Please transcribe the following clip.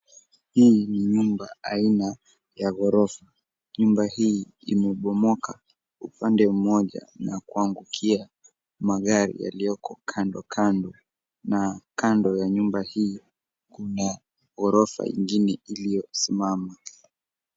Hii ni nyumba aina ya ghorofa. Nyumba hii imebomoka upande mmoja na kuangukia magari yalioko kando kando. Na kando ya nyumba hii, kuna ghorofa ingine iliyosimama.